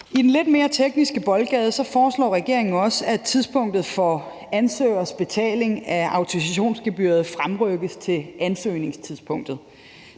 I den lidt mere tekniske boldgade foreslår regeringen også, at tidspunktet for ansøgeres betaling af autorisationsgebyret fremrykkes til ansøgningstidspunktet.